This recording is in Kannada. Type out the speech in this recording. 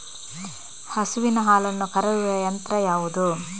ಹಸುವಿನ ಹಾಲನ್ನು ಕರೆಯುವ ಯಂತ್ರ ಯಾವುದು?